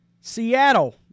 Seattle